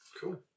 Cool